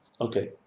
Okay